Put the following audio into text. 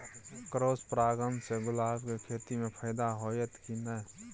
Cross परागण से गुलाब के खेती म फायदा होयत की नय?